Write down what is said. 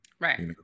Right